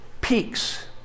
peaks